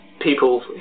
people